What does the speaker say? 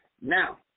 Now